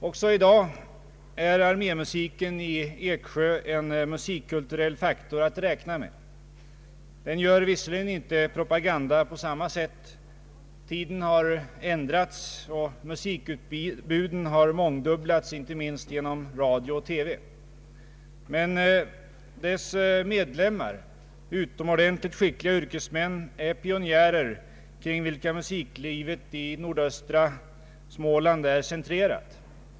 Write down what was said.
Också i dag är armémusikkåren i Eksjö en musikkulturell faktor att räkna med. Den gör visserligen inte propaganda på samma sätt — tiden har ändrats, och musikutbuden har mångdubb lats, inte minst genom radio och TV. Men dess medlemmar — utomordentligt skickliga yrkesmän — är pionjärer, kring vilka musiklivet i nordöstra Småland är centrerat.